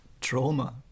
trauma